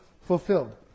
fulfilled